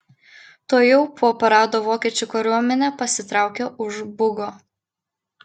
tuojau po parado vokiečių kariuomenė pasitraukė už bugo